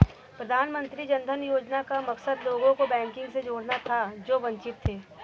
प्रधानमंत्री जन धन योजना का मकसद लोगों को बैंकिंग से जोड़ना था जो वंचित थे